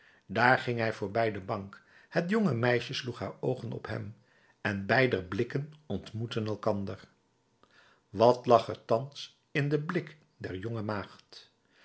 daar ging hij voorbij de bank het jonge meisje sloeg haar oogen op hem en beider blikken ontmoetten elkander wat lag er thans in den blik der jonge maagd